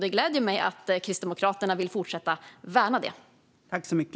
Det gläder mig att Kristdemokraterna vill fortsätta värna detta.